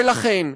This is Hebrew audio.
ולכן,